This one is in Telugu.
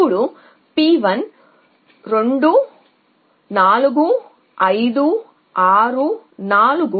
ఏదో ఒక సమయంలో P1 2 4 5 6 4